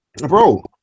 Bro